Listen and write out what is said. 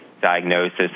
diagnosis